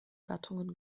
gattungen